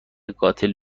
قاتل